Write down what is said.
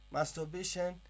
Masturbation